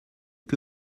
que